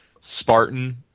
Spartan